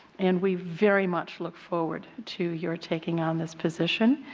and we very much look forward to your taking on this position.